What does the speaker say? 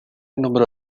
número